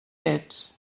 ets